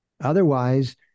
Otherwise